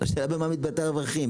השאלה במה מתבטאים הרווחים,